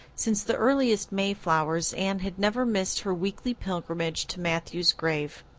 since the earliest mayflowers anne had never missed her weekly pilgrimage to matthew's grave.